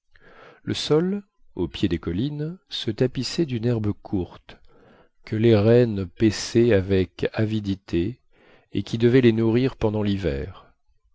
le sol au pied des collines se tapissait d'une herbe courte que les rennes paissaient avec avidité et qui devait les nourrir pendant l'hiver